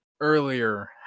earlier